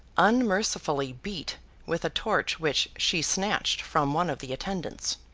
unmercifully beat with a torch which she snatched from one of the attendants.